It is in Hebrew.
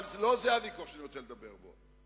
אבל לא זה הוויכוח שאני רוצה לדבר בו.